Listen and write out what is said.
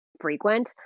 frequent